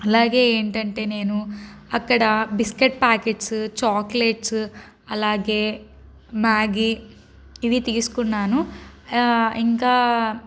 అలాగే ఏంటంటే నేను అక్కడ బిస్కెట్ ప్యాకెట్స్ చాక్లెట్స్ అలాగే మ్యాగీ ఇవి తీసుకున్నాను ఇంకా